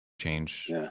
change